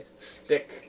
Stick